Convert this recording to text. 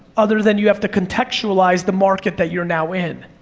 other than you have to contextualize the market that you're now in.